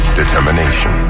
determination